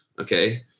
okay